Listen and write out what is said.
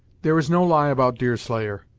there is no lie about deerslayer.